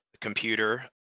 computer